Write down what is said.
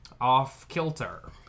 off-kilter